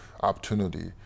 opportunity